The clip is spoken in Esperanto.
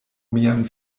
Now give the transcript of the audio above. mian